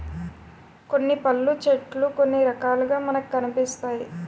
కొన్ని పళ్ళు చెట్లు కొన్ని రకాలుగా మనకి కనిపిస్తాయి